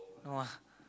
no ah